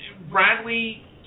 Bradley